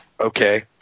okay